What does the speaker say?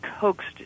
coaxed